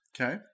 Okay